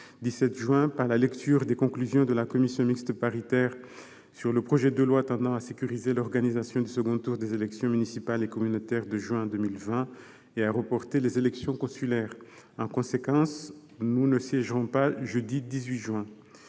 17 juin par la lecture des conclusions de la commission mixte paritaire sur le projet de loi tendant à sécuriser l'organisation du second tour des élections municipales et communautaires de juin 2020 et à reporter les élections consulaires. En conséquence, nous ne siégerons pas jeudi 18 juin.